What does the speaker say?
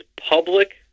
public